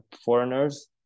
foreigners